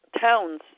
towns